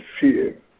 fear